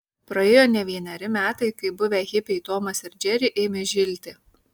praėjo ne vieneri metai kai buvę hipiai tomas ir džeri ėmė žilti